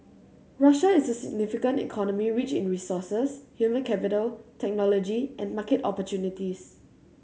Russia is a significant economy rich in resources human capital technology and market opportunities